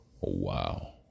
wow